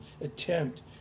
Attempt